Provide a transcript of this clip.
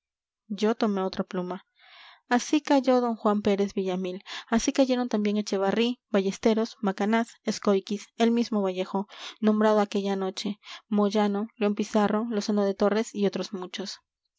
yo tomé otra pluma así cayó d juan pérez villamil así cayeron también echevarri ballesteros macanaz escóiquiz el mismo vallejo nombrado aquella noche moyano león pizarro lozano de torres y otros muchos